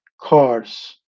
cars